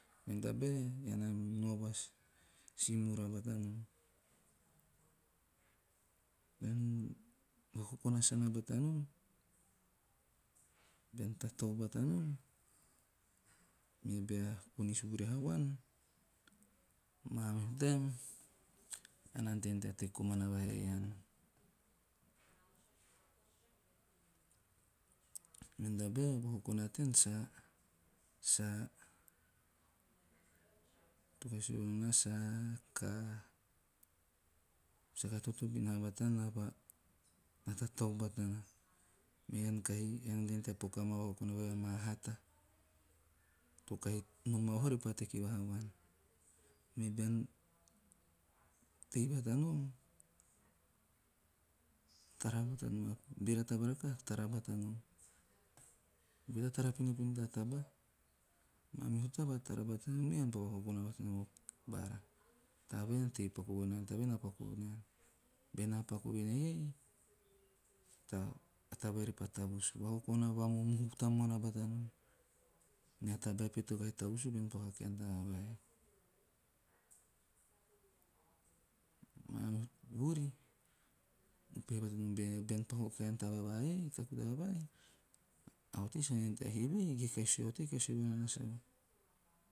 Men tabae ean na nao va simura bata nom. Bean vakokona sana bata nom, bean tatau bata nom, me bea ponis vurahe vuan mamihu taem ean na ante nom tea teki kamana vahaa ean, mene tabal o vakokona tean sa saka totobun haa batana, na tatau batana mean kahi ante nom tea paku amaa vakokona vai amaa hatato kahi nomaa vahahu repa teki vahaa vuan. Me bean tei bata nom tara bata nom. Bera taba rakaha, tara bata nom. Goe tea tara pinopino ta taba. Manuhu taba tara bata nom e bean vakokona bata nom, baana a taba vai ha paku vonaen ei, a taba vai na paku vonaen. Benaa paku voeneiei a taba vai repaa tavus. Vakokona va momohu bata nom, mea tabal me kahi tavusy bean paku a kaen taba vai. Mamihu vuri, upehe bata nom, bean paku o kaku taba vaiei, o kaen taba vai "a otei saka ante haana tea heve?" Ge "a otei kahi sue vo nana sau?"